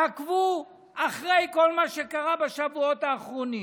תעקבו אחרי כל מה שקרה בשבועות האחרונים,